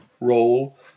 role